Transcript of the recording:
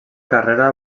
carrera